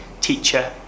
teacher